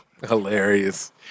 Hilarious